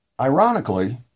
Ironically